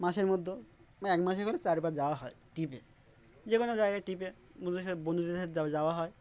মাসের মধ্যে বা এক মাসে করে চারবার যাওয়া হয় ট্রিপে যে কোনো জায়গায় ট্রিপে বন্ধু বন্ধুদের বন্ধুধের য যাওয়া হয়